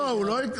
לא,